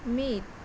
ᱢᱤᱫ